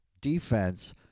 defense